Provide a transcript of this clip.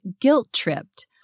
guilt-tripped